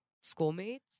schoolmates